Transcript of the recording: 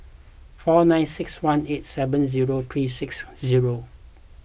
four nine six one eight seven zero three six zero